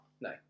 No